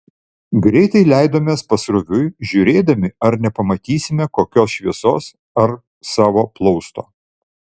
greitai leidomės pasroviui žiūrėdami ar nepamatysime kokios šviesos ar savo plausto